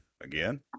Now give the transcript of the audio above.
Again